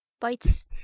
bites